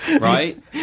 right